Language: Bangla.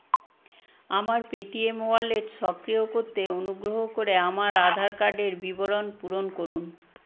আমার পেটিএম ওয়ালেট সক্রিয় করতে অনুগ্রহ করে আমার আধার কার্ডের বিবরণ পূরণ করুন